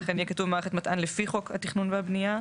לכן יהיה כתוב "מערכת מתאן לפי חוק התכנון והבנייה".